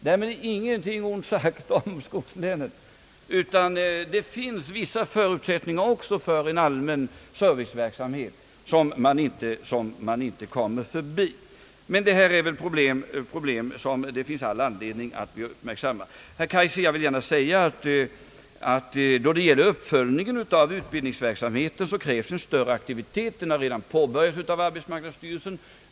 Därmed inget ont sagt om skogslänen. Det krävs också vissa förutsättningar för en allmän serviceverksamhet, som man inte kan förbise. Detta är väl problem som det finns all anledning att uppmärksamma. Till herr Kaijser vill jag gärna säga att vad gäller uppföljningen av utbildningsverksamheten krävs en större aktivitet. Den har redan påbörjats av arbetsmarknadsstyrelsen.